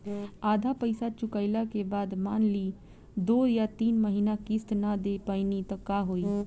आधा पईसा चुकइला के बाद मान ली दो या तीन महिना किश्त ना दे पैनी त का होई?